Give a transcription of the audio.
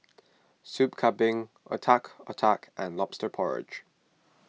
Soup Kambing Otak Otak and Lobster Porridge